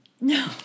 No